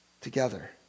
together